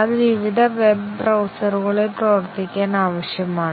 അത് വിവിധ വെബ് ബ്രൌസറുകളിൽ പ്രവർത്തിക്കാൻ ആവശ്യമാണ്